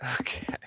Okay